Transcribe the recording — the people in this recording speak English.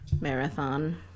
Marathon